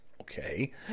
Okay